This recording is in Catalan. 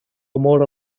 amor